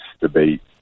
debate